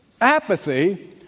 Apathy